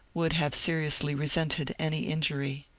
would have seriously resented any injury.